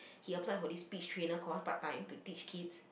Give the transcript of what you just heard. he apply for this speech trainer course part-time to teach kids